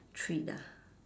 treat ah